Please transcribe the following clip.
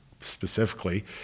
specifically